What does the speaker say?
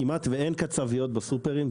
כמעט שאין קצביות בסופרים,